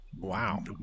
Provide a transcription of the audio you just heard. Wow